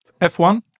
F1